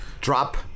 Drop